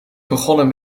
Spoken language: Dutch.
begonnen